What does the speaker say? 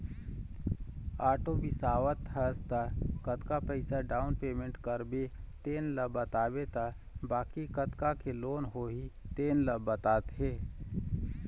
auto बिसावत हस त कतका पइसा डाउन पेमेंट करबे तेन ल बताबे त बाकी कतका के लोन होही तेन ल बताथे